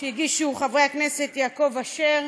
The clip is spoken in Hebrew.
שהגישו חברי הכנסת יעקב אשר,